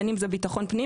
בין אם זה ביטחון הפנים,